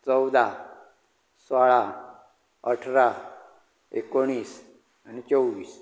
चवदा सोळा अठरा एकुणीस आनी चोवीस